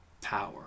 power